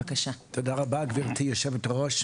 תודה רבה גבירתי היו"ר,